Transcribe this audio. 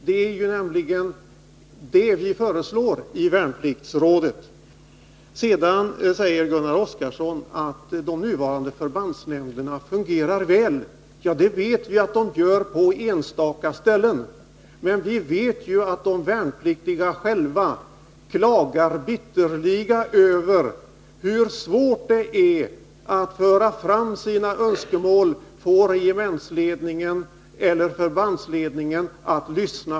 Det är nämligen det vi avser med förslaget om värnpliktsråd. Sedan säger Gunnar Oskarson att de nuvarande förbandsnämnderna fungerar väl. Ja, det vet vi att de gör på enstaka ställen, men vi vet också att de värnpliktiga själva klagar bitterliga över hur svårt det är att föra fram sina önskemål och få regementsledningen eller förbandsledningen att lyssna.